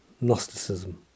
Gnosticism